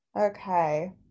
Okay